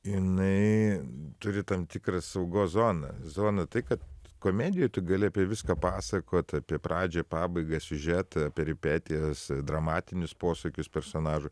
jinai turi tam tikrą saugos zoną zoną tai kad komedijoj gali apie viską pasakot apie pradžią pabaigą siužetą peripetijas dramatinius posūkius personažų